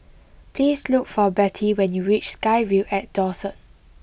please look for Betty when you reach SkyVille at Dawson